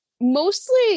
mostly